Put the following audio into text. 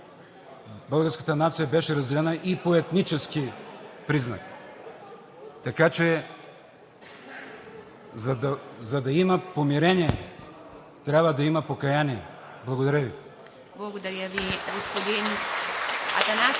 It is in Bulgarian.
българската нация беше разделена и по етнически признак. Така че, за да има помирение, трябва да има покаяние. Благодаря Ви. (Ръкопляскания от